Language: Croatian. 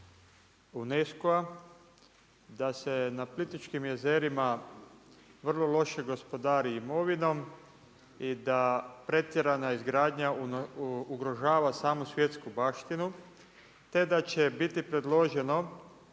UNESCO-a da se na Plitvičkim jezerima vrlo loše gospodari imovinom, i da pretjerana izgradnja ugrožava samo svjetsku baštinu te da će biti predloženo